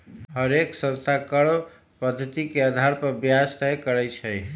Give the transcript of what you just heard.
हरेक संस्था कर्व पधति के अधार पर ब्याज तए करई छई